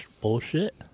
bullshit